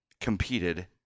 competed